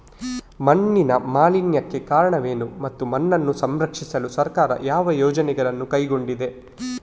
ಮಣ್ಣಿನ ಮಾಲಿನ್ಯಕ್ಕೆ ಕಾರಣವೇನು ಮತ್ತು ಮಣ್ಣನ್ನು ಸಂರಕ್ಷಿಸಲು ಸರ್ಕಾರ ಯಾವ ಯೋಜನೆಗಳನ್ನು ಕೈಗೊಂಡಿದೆ?